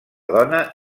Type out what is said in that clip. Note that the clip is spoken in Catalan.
dona